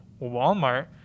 Walmart